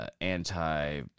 anti